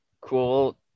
cool